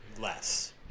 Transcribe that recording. less